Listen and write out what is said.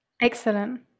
excellent